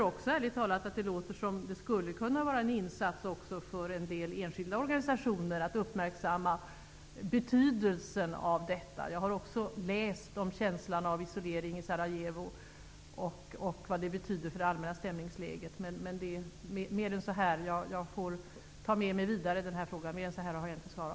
Ärligt talat tycker jag också att det låter som att det skulle kunna vara en uppgift för en del enskilda organisationer att uppmärksamma betydelsen av detta. Jag har också läst om känslan av isolering i Sarajevo och vad det betyder för den allmänna stämningen. Jag får ta mig vidare i denna fråga. Mer än så här kan jag inte svara.